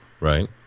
Right